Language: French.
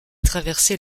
traversait